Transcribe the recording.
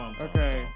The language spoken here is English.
Okay